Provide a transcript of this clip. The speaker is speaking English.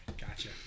Gotcha